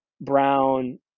brown